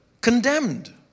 condemned